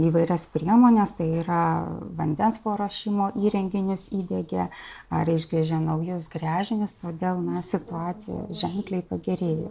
įvairias priemones tai yra vandens paruošimo įrenginius įdiegė ar išgręžė naujus gręžinius todėl na situacija ženkliai pagerėjo